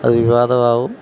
അത് വിവാദമാകും